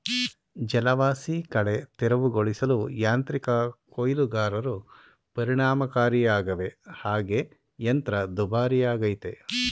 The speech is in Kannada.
ಜಲವಾಸಿಕಳೆ ತೆರವುಗೊಳಿಸಲು ಯಾಂತ್ರಿಕ ಕೊಯ್ಲುಗಾರರು ಪರಿಣಾಮಕಾರಿಯಾಗವೆ ಹಾಗೆ ಯಂತ್ರ ದುಬಾರಿಯಾಗಯ್ತೆ